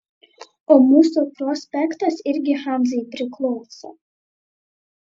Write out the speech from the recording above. o mūsų prospektas irgi hanzai priklauso